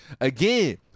again